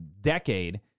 decade